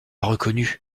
reconnu